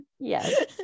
Yes